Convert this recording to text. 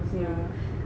yeah